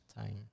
Time